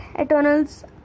Eternals